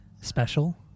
special